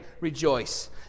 rejoice